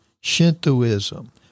Shintoism